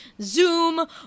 zoom